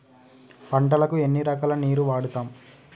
పంటలకు ఎన్ని రకాల నీరు వాడుతం?